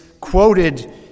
quoted